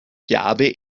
chiave